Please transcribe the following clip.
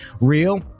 real